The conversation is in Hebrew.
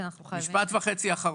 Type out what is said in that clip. כי אנחנו חייבים --- משפט וחצי אחרון.